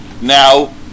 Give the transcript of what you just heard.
now